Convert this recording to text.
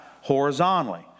Horizontally